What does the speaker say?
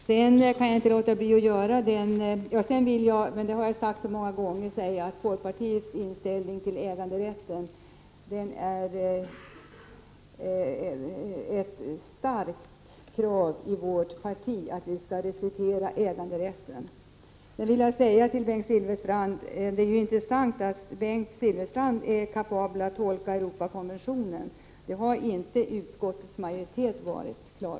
Sedan vill jag upprepa vad jag sagt så många gånger, att beträffande folkpartiets inställning till äganderätten är det ett starkt krav i vårt parti att respektera äganderätten. Det är intressant att Bengt Silfverstrand är kapabel att tolka Europakonventionen. Det har inte utskottets majoritet klarat av.